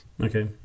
Okay